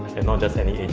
and not just any and